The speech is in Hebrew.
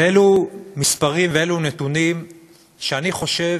ואלו מספרים ואלו נתונים שאני חושב